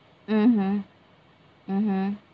mmhmm mmhmm